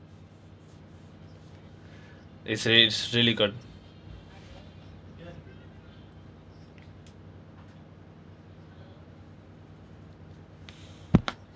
it's re~ it's really good